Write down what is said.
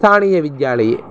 स्थानीयविद्यालये